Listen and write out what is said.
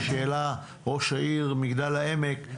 מה שהעלה ראש העיר מגדל העמק,